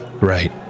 Right